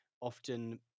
often